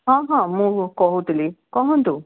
ହଁ ହଁ ମୁଁ କହୁଥିଲି କହନ୍ତୁ